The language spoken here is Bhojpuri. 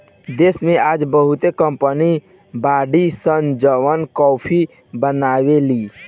देश में आज बहुते कंपनी बाड़ी सन जवन काफी बनावे लीन